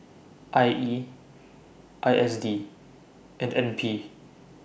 I E I S D and N P